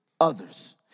others